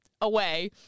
away